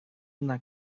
una